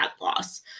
loss